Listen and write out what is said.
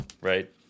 right